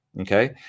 okay